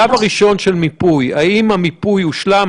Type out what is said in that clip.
שלב הראשון של מיפוי, האם המיפוי הושלם?